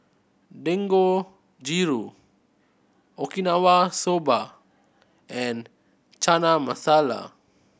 Dangojiru Okinawa Soba and Chana Masala